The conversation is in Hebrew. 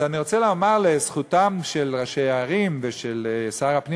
אני רוצה לומר לזכותם של ראשי הערים ושל שר הפנים